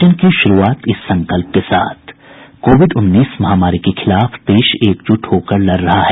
bulletin की शुरूआत इस संकल्प के साथ कोविड उन्नीस महामारी के खिलाफ देश एकजुट होकर लड़ रहा है